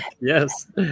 Yes